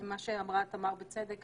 מה שאמרה תמר, בצדק,